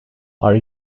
are